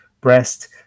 breast